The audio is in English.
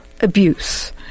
abuse